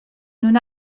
nun